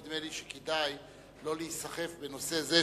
נדמה לי שכדאי לא להיסחף בנושא זה,